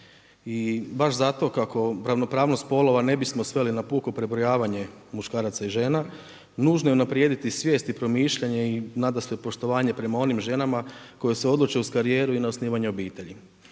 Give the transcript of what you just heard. I baš zato kako ravnopravnost spolova ne bismo sveli na puko prebrojavanje muškaraca i žena, nužno je unaprijediti svijest i promišljanje i nadasve poštovanje prema onim žena koje se odluče uz karijeru, i na osnivanje obitelji.